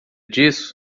disso